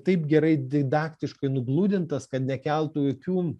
taip gerai didaktiškai nugludintas kad nekeltų jokių